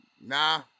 nah